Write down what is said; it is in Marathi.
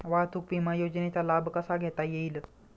वाहतूक विमा योजनेचा लाभ कसा घेता येईल?